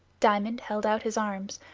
diamond held out his arms,